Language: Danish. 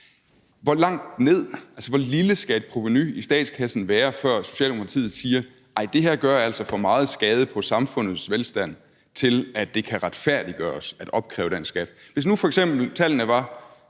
til noget andet. Hvor lille skal et provenu i statskassen være, før Socialdemokratiet siger: Nej, det her gør altså for meget skade på samfundets velstand, til at det kan retfærdiggøres at opkræve den skat? Hvis tallene f.eks. nu var,